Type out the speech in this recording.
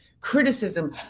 criticism